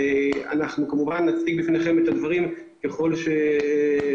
ואנחנו כמובן נציג בפניכם את הדברים ככל שתרצו.